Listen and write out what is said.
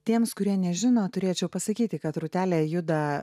tiems kurie nežino turėčiau pasakyti kad rūtelė juda